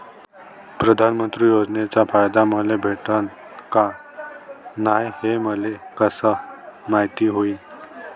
प्रधानमंत्री योजनेचा फायदा मले भेटनं का नाय, हे मले कस मायती होईन?